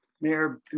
Mayor